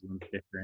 different